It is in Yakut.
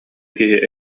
киһи